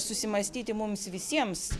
susimąstyti mums visiems